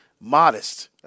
modest